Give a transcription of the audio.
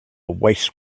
waste